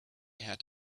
had